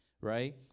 right